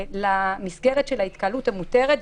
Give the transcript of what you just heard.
למסגרת של ההתקהלות המותרת.